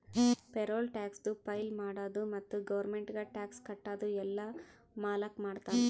payroll ಟ್ಯಾಕ್ಸದು file ಮಾಡದು ಮತ್ತ ಗೌರ್ಮೆಂಟ್ಗ ಟ್ಯಾಕ್ಸ್ ಕಟ್ಟದು ಎಲ್ಲಾ ಮಾಲಕ್ ಮಾಡ್ತಾನ್